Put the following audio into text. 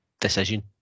decision